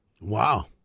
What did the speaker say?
Wow